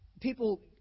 People